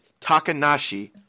Takanashi